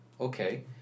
Okay